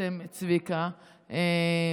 צביקה,